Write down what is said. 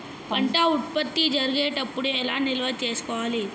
పంట ఉత్పత్తి జరిగేటప్పుడు ఎలా నిల్వ చేసుకోవాలి?